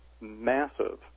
massive